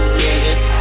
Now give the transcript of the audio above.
niggas